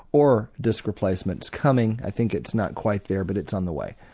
or disc replacements coming, i think it's not quite there, but it's on the way.